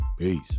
Peace